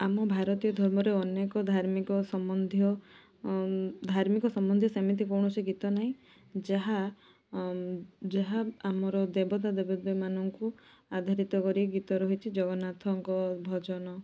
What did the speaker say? ଆମ ଭାରତୀୟ ଧର୍ମରେ ଅନେକ ଧାର୍ମିକ ସମ୍ବନ୍ଧୀୟ ଧାର୍ମିକ ସମ୍ବନ୍ଧୀୟ ସେମିତି କୌଣସି ଗୀତ ନାହିଁ ଯାହା ଯାହା ଆମର ଦେବତା ଦେବତୀମାନଙ୍କୁ ଆଧାରିତ କରିକି ଗୀତ ରହିଛି ଜଗନ୍ନାଥଙ୍କ ଭଜନ